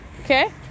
Okay